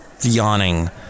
yawning